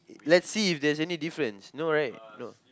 let's see if there's any difference no right no